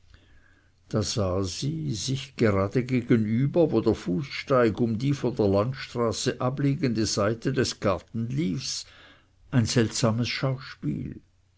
da sah sie sich gerade gegenüber wo der fußsteig um die von der landstraße abliegende seite des gartens lief ein seltsames schauspiel